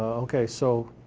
okay, so.